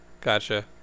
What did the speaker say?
Gotcha